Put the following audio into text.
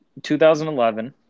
2011